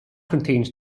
contains